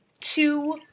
two